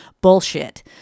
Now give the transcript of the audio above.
bullshit